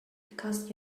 because